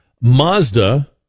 Mazda